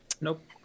Nope